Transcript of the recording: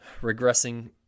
regressing